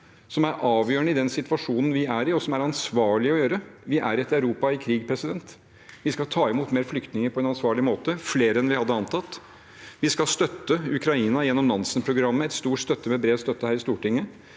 som er avgjørende i den situasjonen vi er i, og som det er ansvarlig å gjøre. Vi er i et Europa i krig. Vi skal ta imot flere flyktninger på en ansvarlig måte – flere enn vi antok. Vi skal støtte Ukraina gjennom Nansen-programmet, en stor støtte med bred støtte her i Stortinget.